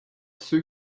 ceux